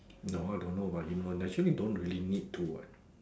no I don't know about new one actually you don't really need to what